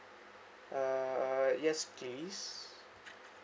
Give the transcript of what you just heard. uh uh yes please